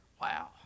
Wow